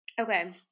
Okay